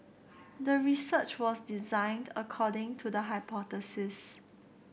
the research was designed according to the hypothesis